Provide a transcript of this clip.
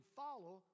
follow